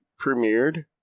premiered